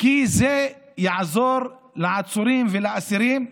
כי זה יעזור לעצורים ולאסירים.